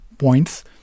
points